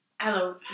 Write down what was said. Hello